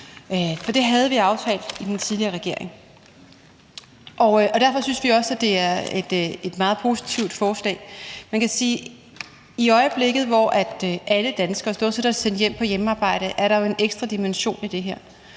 for det havde vi aftalt i den tidligere regering. Derfor synes vi også, at det er et meget positivt forslag. Man kan sige, at der i øjeblikket, hvor alle danskere stort set er sendt hjem på hjemmearbejde, jo er en ekstra dimension i det her.